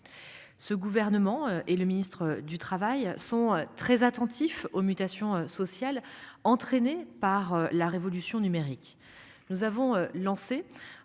Ce gouvernement et le ministre du Travail sont très attentifs aux mutations sociales entraînées par la révolution numérique. Nous avons lancé